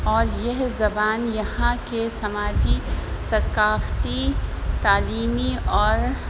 اور یہ زبان یہاں کے سماجی ثقافتی تعلیمی اور